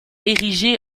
érigé